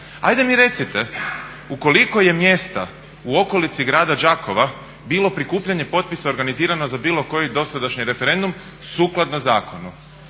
ajde mi recite u koliko je mjesta u okolici grada Đakova bilo prikupljanje potpisa organizirano za bilo koji dosadašnji referendum sukladno zakonu?